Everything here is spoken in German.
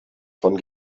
von